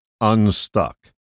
unstuck